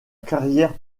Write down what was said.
carrière